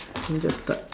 can we just start